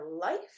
life